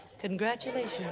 Congratulations